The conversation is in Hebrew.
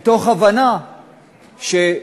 מתוך הבנה שהאנשים,